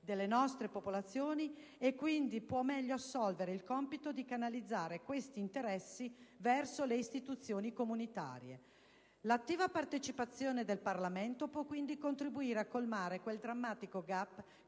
delle nostre popolazioni e, quindi, può meglio assolvere il compito di canalizzare questi interessi presso le istituzioni comunitarie. L'attiva partecipazione del Parlamento può, quindi, contribuire a colmare quel drammatico *gap* che